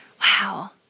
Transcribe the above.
Wow